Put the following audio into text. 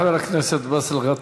תודה לחבר הכנסת באסל גטאס.